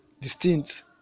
distinct